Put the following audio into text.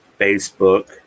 Facebook